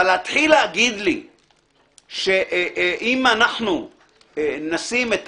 אבל להתחיל לומר לי שאם אנחנו נשים את